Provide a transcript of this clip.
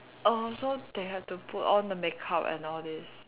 oh so they have to put on the makeup and all this